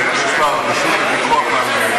שיש להן רשות לפיקוח על,